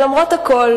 למרות הכול,